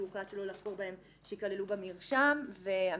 הוחלט לא לחקור בהם שייכללו במרשם המשטרתי,